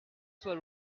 soit